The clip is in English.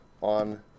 on